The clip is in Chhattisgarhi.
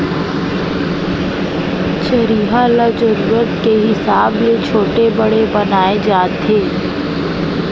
चरिहा ल जरूरत के हिसाब ले छोटे बड़े बनाए जाथे